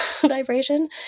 vibration